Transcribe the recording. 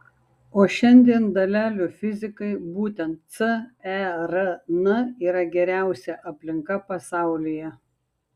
o šiandien dalelių fizikai būtent cern yra geriausia aplinka pasaulyje